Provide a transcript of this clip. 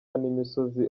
n’imisozi